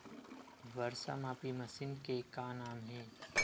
वर्षा मापी मशीन के का नाम हे?